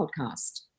podcast